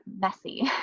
messy